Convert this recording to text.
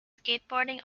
skateboarding